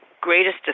greatest